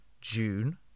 june